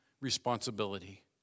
responsibility